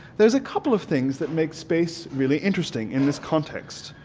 there's a couple of things that make space really interesting in this context.